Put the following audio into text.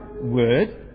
word